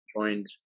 joined